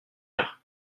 cher